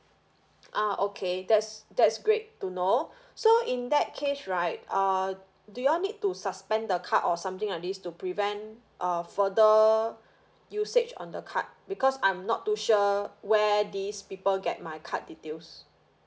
ah okay that's that's great to know so in that case right uh do y'all need to suspend the card or something like this to prevent err further usage on the card because I'm not too sure where these people get my card details